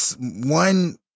one